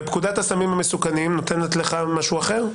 פקודת הסמים נותנת לך משהו אחר?